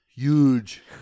Huge